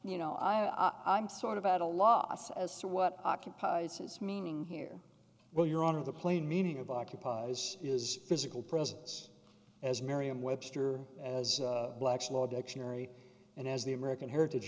you know i'm sort of at a loss as to what occupies its meaning here well your honor the plain meaning of occupies is physical presence as merriam webster as black's law dictionary and as the american heritage